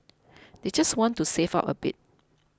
they just want to save up a bit